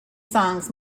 songs